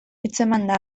hitzemanda